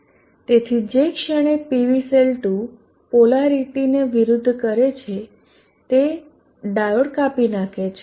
તેથી જે ક્ષણે PV સેલ 2 પોલારીટીને વિરુદ્ધ કરે છે તે ડાયોડ કાપી નાખે છે